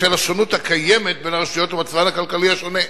בשל השונות הקיימת בין הרשויות ומצבן הכלכלי השונה.